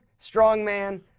strongman